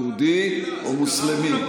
יהודי או מוסלמי,